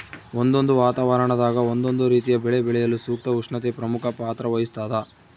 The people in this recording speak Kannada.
ಒಂದೊಂದು ವಾತಾವರಣದಾಗ ಒಂದೊಂದು ರೀತಿಯ ಬೆಳೆ ಬೆಳೆಯಲು ಸೂಕ್ತ ಉಷ್ಣತೆ ಪ್ರಮುಖ ಪಾತ್ರ ವಹಿಸ್ತಾದ